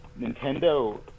Nintendo